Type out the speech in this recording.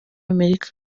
amerika